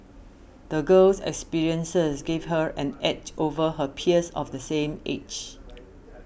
the girl's experiences gave her an edge over her peers of the same age